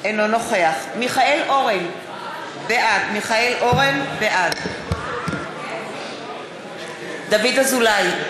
אינו נוכח מיכאל אורן, בעד דוד אזולאי,